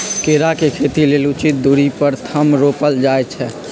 केरा के खेती लेल उचित दुरी पर थम रोपल जाइ छै